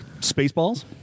Spaceballs